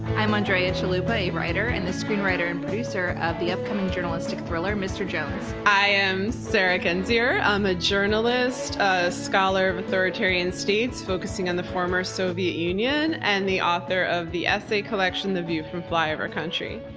i'm andrea chalupa, a writer, and the screenwriter and producer of the upcoming journalistic thriller mr. jones. i am sarah kendzior. i'm a journalist, a scholar of authoritarian states focusing on the former soviet union, and the author of the essay collection the view from flyover country.